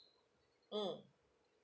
mm